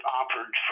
offered